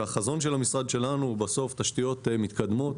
החזון של המשרד שלנו הוא תשתיות מתקדמות